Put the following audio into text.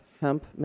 hemp